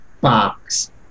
box